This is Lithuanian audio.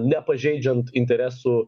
nepažeidžiant interesų